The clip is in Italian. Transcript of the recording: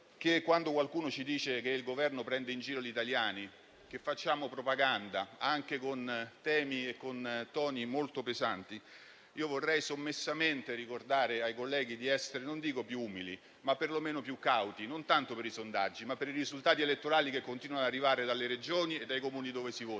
Quando qualcuno ci dice che il Governo prende in giro gli italiani e che facciamo propaganda, anche con temi e con toni molto pesanti, vorrei sommessamente ricordare ai colleghi di essere non dico più umili, ma perlomeno più cauti, non tanto per i sondaggi, ma per i risultati elettorali che continuano ad arrivare dalle Regioni e dai Comuni dove si vota